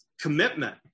commitment